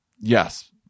Yes